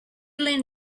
lane